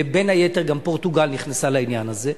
ובין היתר גם פורטוגל נכנסה לעניין הזה,